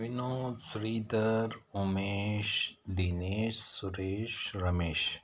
Vinoda Sridhar Umesh Dinesh Suresh Ramesh